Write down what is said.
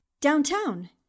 Downtown